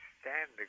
stand